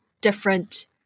different